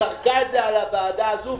זרקה את זה על הוועדה הזו,